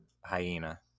hyena